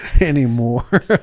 anymore